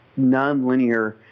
nonlinear